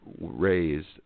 raised